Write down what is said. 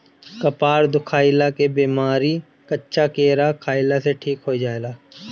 कपार दुखइला के बेमारी कच्चा केरा खइला से ठीक हो जाला